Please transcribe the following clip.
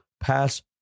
pass